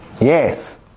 Yes